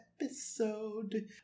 episode